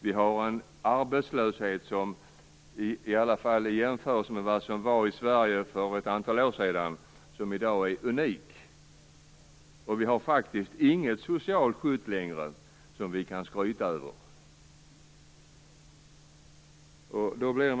Vi har en arbetslöshet som i alla fall i jämförelse med den vi hade i Sverige för ett antal år sedan är unik. Och vi har faktiskt inte längre något socialt skydd som vi kan skryta över. Fru talman!